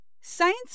science